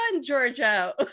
georgia